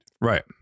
right